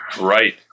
Right